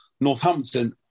Northampton